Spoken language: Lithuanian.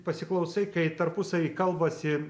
pasiklausai kai tarpusavy kalbasi